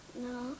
No